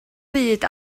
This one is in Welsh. byd